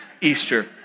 Easter